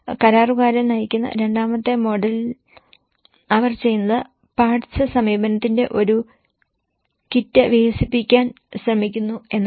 കരാറുകാരൻ നയിക്കുന്ന രണ്ടാമത്തെ മോഡലിൽ അവർ ചെയ്യുന്നത് പാർട്സ് സമീപനത്തിന്റെ ഒരു കിറ്റ് വികസിപ്പിക്കാൻ ശ്രമിക്കുന്നു എന്നതാണ്